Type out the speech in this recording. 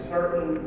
Certain